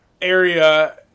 area